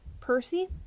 Percy